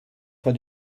for